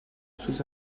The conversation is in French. sous